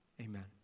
amen